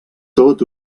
tot